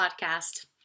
podcast